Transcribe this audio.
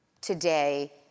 today